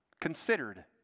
Considered